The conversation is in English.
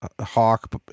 hawk